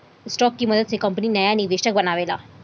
stock के मदद से कंपनी नाया निवेशक बनावेला